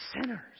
sinners